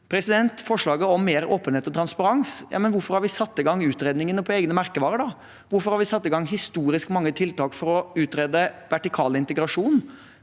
det. Til forslaget om mer åpenhet og transparens: Hvorfor har vi satt i gang utredninger på egne merkevarer? Hvorfor har vi satt i gang historisk mange tiltak for å utrede vertikal integrasjon